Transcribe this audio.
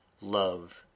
love